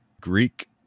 Greek